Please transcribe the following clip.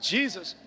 Jesus